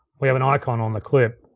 we have an icon on the clip,